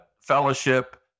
fellowship